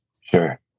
Sure